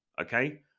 okay